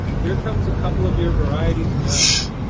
here come a couple of your varieties now!